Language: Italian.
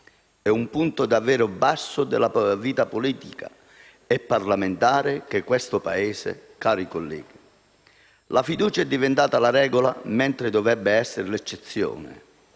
È un punto davvero basso della vita politica e parlamentare di questo Paese, cari colleghi. La fiducia è diventata la regola mentre dovrebbe essere l'eccezione.